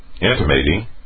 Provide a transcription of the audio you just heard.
intimating